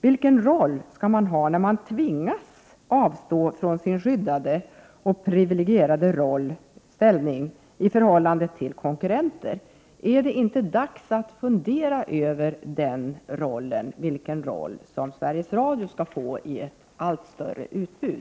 Vilken roll skall man ha när man tvingas avstå från sin skyddade och privilegierade ställning i förhållande till konkurrenter? Är det inte dags att fundera över vilken roll Sveriges Radio skall ha vid ett allt större utbud?